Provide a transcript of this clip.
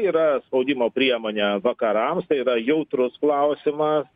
yra spaudimo priemonė vakarams tai yra jautrus klausimas